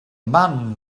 man